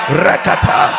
rekata